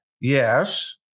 yes